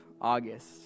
August